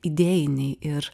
idėjiniai ir